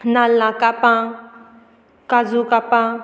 नाल्ला कापां काजू कापां